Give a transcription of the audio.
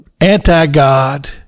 anti-God